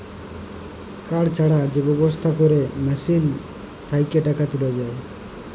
card ছাড়া যে ব্যবস্থা ক্যরে মেশিল থ্যাকে টাকা তুলা যায়